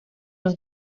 los